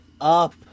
up